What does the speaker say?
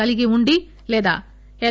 కలీగి వుండి లేదా ఎల్